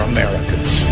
Americans